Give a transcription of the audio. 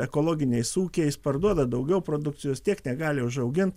ekologiniais ūkiais parduoda daugiau produkcijos tiek negali užaugint